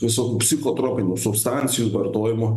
visokių psichotropinių substancijų vartojimu